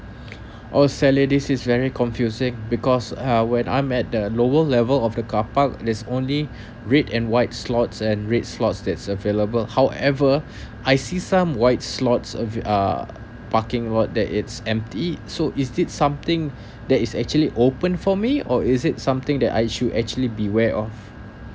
oh sally this is very confusing because uh when I'm at the lower level of the car park there's only red and white lots and red lots that's available however I see some white lots avail~ uh parking lot that is empty so is it something that is actually open for me or is it something that I should actually beware of